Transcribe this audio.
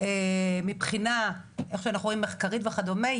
מבחינה מה שאנחנו רואים מחקרית וכדומה,